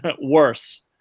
worse